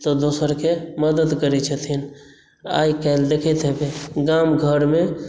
तऽ दोसरकेँ मदद करैत छथिन आइकाल्हि देखैत हेबै गाम घरमे